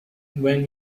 when